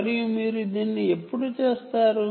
మరియు మీరు దీన్ని ఎప్పుడు చేస్తారు